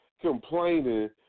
complaining